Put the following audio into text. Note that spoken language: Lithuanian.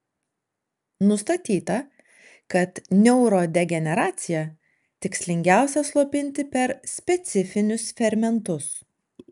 nustatyta kad neurodegeneraciją tikslingiausia slopinti per specifinius fermentus